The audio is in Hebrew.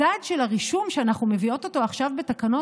הצעד של הרישום שאנחנו מביאות עכשיו בתקנות